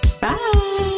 Bye